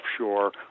offshore